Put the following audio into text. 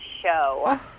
show